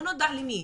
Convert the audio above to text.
לא נודע למי?